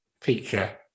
feature